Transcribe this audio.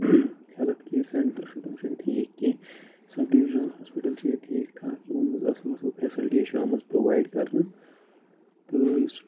health care centre چھُ تم چھِنہٕ ٹھیٖک کینٛہہ سَب ڈِوجِنَل ہوسپِٹَل چھُ ییٚتہِ ٹھیٖک ٹھاک یِمو مَنٛز اَصل اَصل فیسَلٹی چھِ آمٕژ پرووایِڈ کَرنہٕ تہٕ یُس